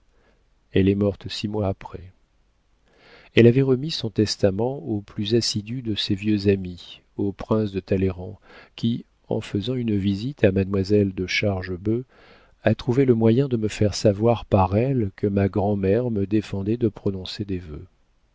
elle est morte six mois après elle avait remis son testament au plus assidu de ses vieux amis au prince de talleyrand qui en faisant une visite à mademoiselle de chargebœuf a trouvé le moyen de me faire savoir par elle que ma grand'mère me défendait de prononcer des vœux